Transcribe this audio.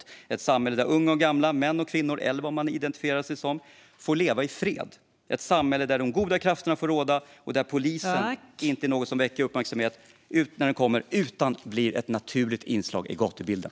Det är ett samhälle där unga och gamla, män som kvinnor, eller vad man än identifierar sig som, får leva i fred - ett samhälle där de goda krafterna få råda och där polisen inte är något som väcker uppmärksamhet när den kommer utan är ett naturligt inslag i gatubilden.